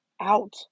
out